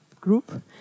group